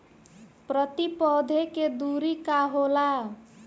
प्रति पौधे के दूरी का होला?